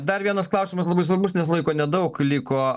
dar vienas klausimas labai svarbus nes laiko nedaug liko